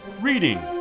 reading